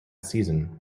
season